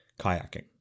kayaking